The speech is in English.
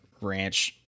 ranch